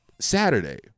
saturday